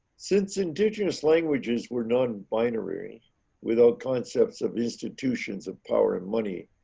since indigenous languages were none binary without concepts of institutions of power and money.